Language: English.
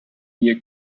year